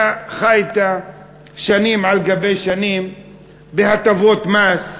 אתה חיית שנים על גבי שנים בהטבות מס,